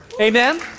Amen